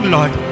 Lord